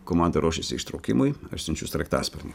komanda ruošiasi ištraukimui aš siunčiu sraigtasparnį